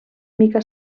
mica